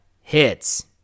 hits